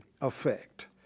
effect